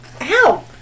Ow